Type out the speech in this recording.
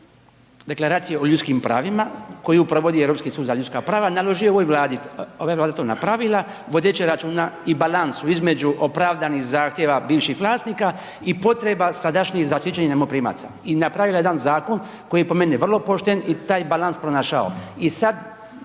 Deklaracije o ljudskim pravima koju provodi Europski sud za ljudska prava, naložio ovoj Vladi, ova je Vlada to napravila vodeći računa i balansu između opravdanih zahtjeva bivših vlasnika i potreba sadašnjih zaštićenih najmoprimaca i napravila je jedan zakon koji je po meni vrlo pošten i taj balans pronašao.